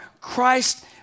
Christ